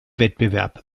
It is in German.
wettbewerb